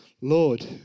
Lord